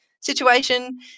situation